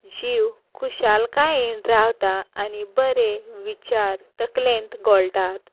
जीव खुशालकायेन रावता आनी बरे विचार तकलेंत घोळटात